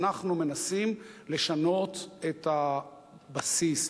אנחנו מנסים לשנות את הבסיס,